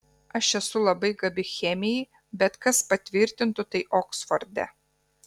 aš esu labai gabi chemijai bet kas patvirtintų tai oksforde